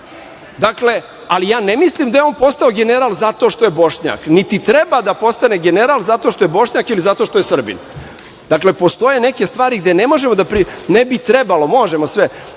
Dakle, ali ne mislim da je on postao general zato što je Bošnjak, niti treba da postane general zato što je Bošnjak, ili zato što je Srbin. Dakle, postoje neke stvari gde ne možemo, ne bi trebalo, možemo sve,